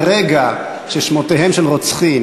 מרגע ששמותיהם של רוצחים,